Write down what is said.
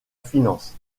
finance